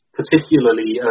particularly